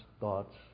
thoughts